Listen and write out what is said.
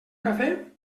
cafè